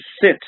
sit